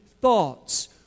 thoughts